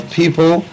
people